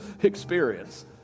experience